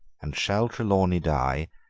and shall trelawney die,